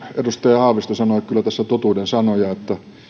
edustaja haavisto sanoi tässä kyllä totuuden sanoja